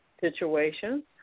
situations